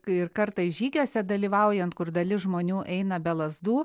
ir kartais žygiuose dalyvaujant kur dalis žmonių eina be lazdų